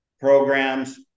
programs